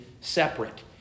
separate